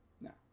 No